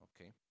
Okay